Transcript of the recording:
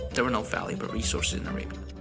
there were no valuable resources in arabia.